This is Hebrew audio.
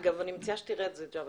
אגב, ג'אבר, אני מציעה שתראה אותו.